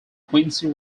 quincy